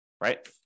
right